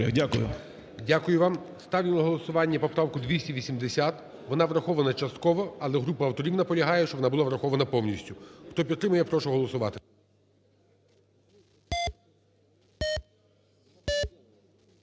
Дякую вам. Ставлю на голосування поправку 280, вона врахована частково, але група авторів наполягає, щоб вона була врахована повністю. Хто підтримує, я прошу голосувати.